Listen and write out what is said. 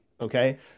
Okay